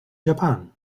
japan